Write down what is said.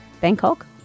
Bangkok